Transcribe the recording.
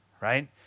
right